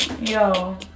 Yo